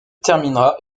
terminera